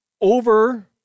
over